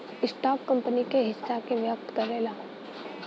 stock company क हिस्सा का व्यक्त करला